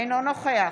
אינו נוכח